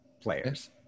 players